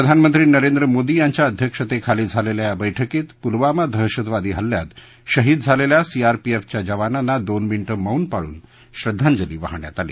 प्रधानमंत्री नरेंद्र मोदी यांच्या अध्यक्षतेखाली झालेल्या या बैठकीत पुलवमा दहशतवादी हल्ल्यात शहीद झालेल्या सीआरपीएफच्या जवानांना दोन मिनिटं मौन पाळून श्रद्वांजली वाहण्यात आली